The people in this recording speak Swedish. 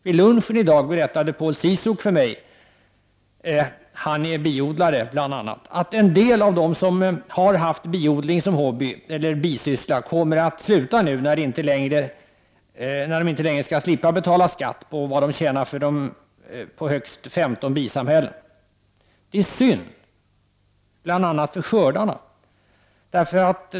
Vid lunchen i dag berättade Paul Ciszuk för mig — han är bl.a. biodlare — att en del av dem som har haft biodling som hobby, eller bisyssla, kommer att sluta nu när de inte längre kan slippa betala skatt på vad de tjänar på högst 15 bisamhällen. Detta är synd bl.a. för skördarna.